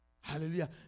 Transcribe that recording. hallelujah